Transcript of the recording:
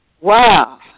wow